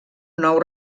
nou